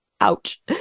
ouch